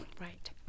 Right